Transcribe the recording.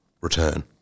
return